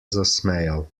zasmejal